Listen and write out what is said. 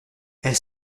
elle